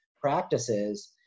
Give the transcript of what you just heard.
practices